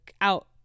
out-